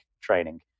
training